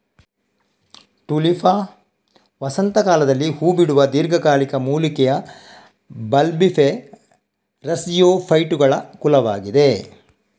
Tulipa ವಸಂತ ಕಾಲದಲ್ಲಿ ಹೂ ಬಿಡುವ ದೀರ್ಘಕಾಲಿಕ ಮೂಲಿಕೆಯ ಬಲ್ಬಿಫೆರಸ್ಜಿಯೋಫೈಟುಗಳ ಕುಲವಾಗಿದೆ